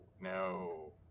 no